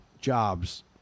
jobs